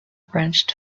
branched